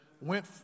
Went